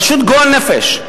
פשוט גועל נפש.